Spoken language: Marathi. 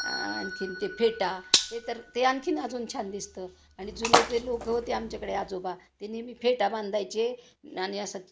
आणखीन ते फेटा ते तर ते आणखीन अजून छान दिसतं आणि जुने ते लोकं होते आमच्याकडे आजोबा त्यांनी बी फेटा बांधायचे नानी अस